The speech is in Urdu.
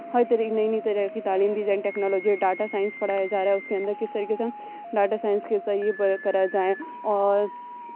ہر طرح نئی نئی طرح کی تعلیم دی جا رہی ٹیکنالوجی ڈاٹا سائنس پڑھایا جا رہا اس کے اندر کس طریقے سے ہم ڈاٹا سائنس کے کرا جائیں اور